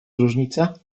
różnica